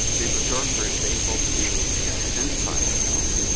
b. burgdorferi is able to identify itself,